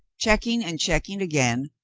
checking and checking again,